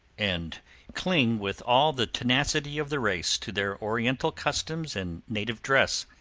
and cling with all the tenacity of the race to their oriental customs and native dress.